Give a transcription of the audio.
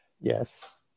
Yes